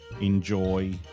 enjoy